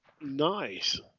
Nice